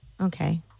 Okay